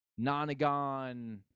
Nonagon